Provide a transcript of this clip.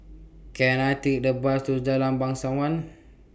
Can I Take The Bus to Jalan Bangsawan